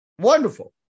Wonderful